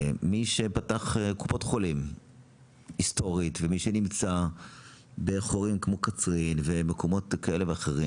שקופת חולים היסטורית ומי שנמצא בקצרין ובמקומות כאלה ואחרים